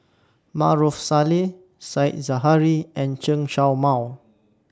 Maarof Salleh Said Zahari and Chen Show Mao